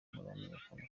nturamenyekana